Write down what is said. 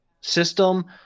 system